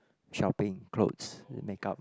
shopping clothes and then makeup